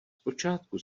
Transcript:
počátku